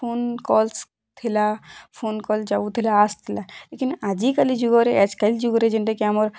phone calls ଥିଲା phone call ଯାଉଥିଲା ଆସୁଥିଲା ଲେକିନ୍ ଆଜିକାଲି ଯୁଗରେ ଆଜ୍ କାଲ୍ ଯୁଗରେ ଯେନ୍ଟା କି ଆମର୍